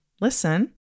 listen